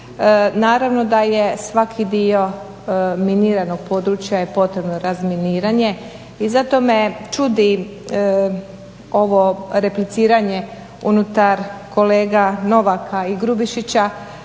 Naravno da je svaki dio miniranog područja je potrebno razminiranje i zato me čudi ovo repliciranje unutar kolega Novaka i Grubišića